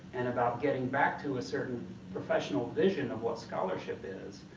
and about getting back to a certain professional vision of what scholarship is,